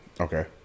Okay